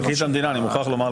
פרקליט המדינה, אני מוכרח לומר לך.